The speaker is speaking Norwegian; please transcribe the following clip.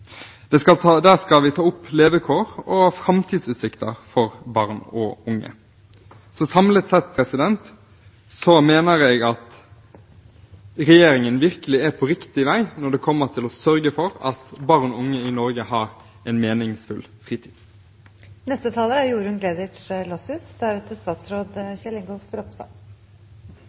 frivillighetsmeldingen skal det leveres en barne- og ungdomskulturmelding. Der skal vi ta opp levekår og framtidsutsikter for barn og unge. Samlet sett mener jeg at regjeringen virkelig er på riktig vei når det gjelder å sørge for at barn og unge i Norge har en meningsfull fritid. Jeg registrerer med stor glede at forslagsstillerne er